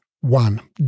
One